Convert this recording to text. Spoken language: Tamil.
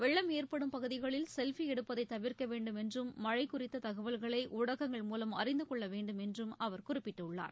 வெள்ளம் ஏற்படும் பகுதிகளில் செல்பி எடுப்பதை தவிர்க்க வேண்டும் என்றும் மழை குறித்த தகவல்களை ஊடகங்கள் மூலம் அறிந்துகொள்ள வேண்டும் என்றும் அவர் குறிப்பிட்டுள்ளார்